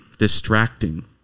distracting